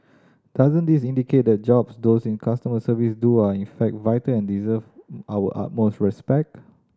doesn't this indicate the jobs those in customer service do are in fact vital and deserve our utmost respect